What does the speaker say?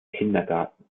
kindergarten